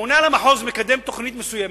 הממונה על המחוז מקדם תוכנית מסוימת,